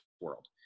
world